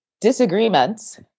disagreements